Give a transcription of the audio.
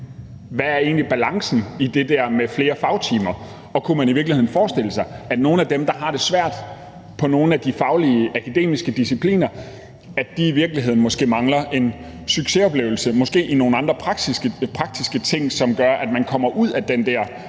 balancen egentlig er i det der med flere fagtimer, og om man kunne forestille sig, at nogle af dem, der har det svært i nogle af de faglige, akademiske discipliner, måske i virkeligheden mangler en succesoplevelse, måske i forhold til nogle andre praktiske ting, som gør, at man kommer ud af den der